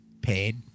Paid